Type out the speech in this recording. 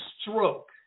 stroke